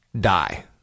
die